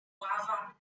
ława